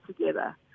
together